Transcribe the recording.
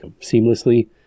seamlessly